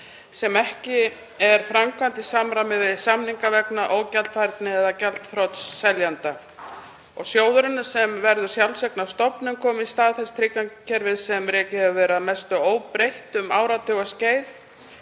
sem ekki er framkvæmd í samræmi við samning vegna ógjaldfærni eða gjaldþrots seljanda. Sjóðurinn, sem verði sjálfseignarstofnun, komi í stað þess tryggingakerfis sem rekið hefur verið að mestu óbreytt um áratugaskeið.